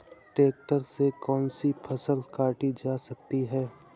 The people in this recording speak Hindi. ट्रैक्टर से कौन सी फसल काटी जा सकती हैं?